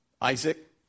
Isaac